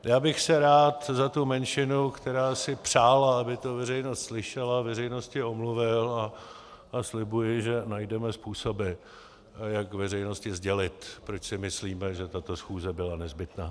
Já bych se rád za tu menšinu, která si přála, aby to veřejnost slyšela, veřejnosti omluvil a slibuji, že najdeme způsoby, jak veřejnosti sdělit, proč si myslíme, že tato schůze byla nezbytná.